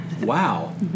Wow